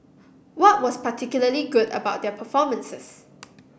what was particularly good about their performances